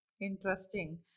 Interesting